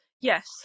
yes